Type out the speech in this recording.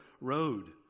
road